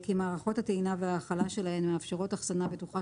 כי מערכות הטעינה וההכלה שלהן מאפשרות אחסנה בטוחה